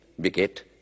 beget